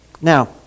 Now